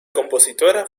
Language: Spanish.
compositora